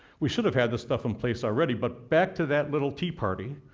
we should have had this stuff in place already, but back to that little tea party,